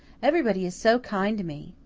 everybody is so kind to me.